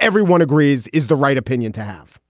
everyone agrees is the right opinion to have.